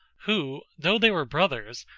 who, though they were brothers,